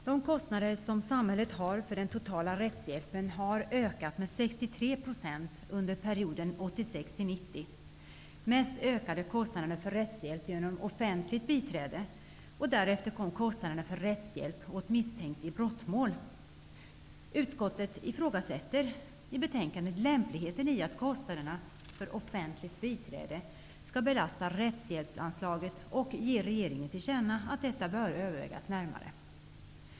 Herr talman! Samhällets kostnader för den totala rättshjälpen har ökat med 63 % under perioden 1986--1990. Mest ökade kostnaderna för rättshjälp genom offentligt biträde och därefter kostnaderna för rättshjälp åt misstänkt i brottmål. Utskottet ifrågasätter i betänkandet lämpligheten i att kostnaderna för offentligt biträde skall belasta rättshjälpsanslaget och ger regeringen till känna att detta bör övervägas närmare.